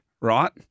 right